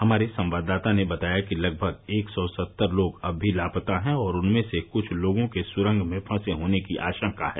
हमारे संवाददाता ने बताया कि लगभग एक सौ सत्तर लोग अब भी लापता हैं और उनमें से कृष्ठ लोगों के सुरंग में फंसे होने की आशंका है